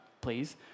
please